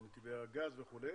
נתיבי הגז וכו'.